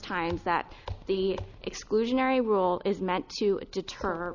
times that the exclusionary rule is meant to deter